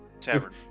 tavern